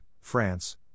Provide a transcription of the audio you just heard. France